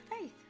faith